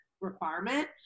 requirement